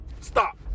Stop